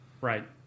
Right